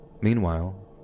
Meanwhile